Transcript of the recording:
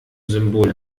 symbol